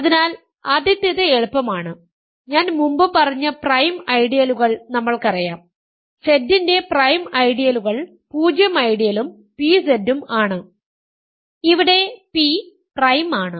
അതിനാൽ ആദ്യത്തേത് എളുപ്പമാണ് ഞാൻ മുമ്പ് പറഞ്ഞ പ്രൈം ഐഡിയലുകൾ നമ്മൾ ക്കറിയാം Z ന്റെ പ്രൈം ഐഡിയലുകൾ 0 ഐഡിയലും pZ ഉം ആണ് ഇവിടെ p പ്രൈം ആണ്